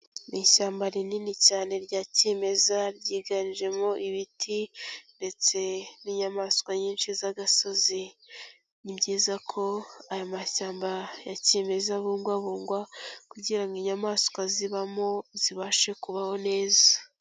Ni ishyamba rinini cyane rya kimeza, ryiganjemo ibiti ndetse n'inyamaswa nyinshi z'agasozi. Ni byiza ko aya mashyamba ya kimeza abungwabungwa kugira ngo inyamaswa zibamo, zibashe kubaho neza.